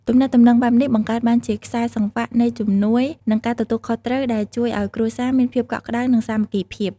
ទំនាក់ទំនងបែបនេះបង្កើតបានជាខ្សែសង្វាក់នៃជំនួយ និងការទទួលខុសត្រូវ ដែលជួយឱ្យគ្រួសារមានភាពកក់ក្ដៅ និងសាមគ្គីភាព។